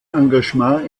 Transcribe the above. engagement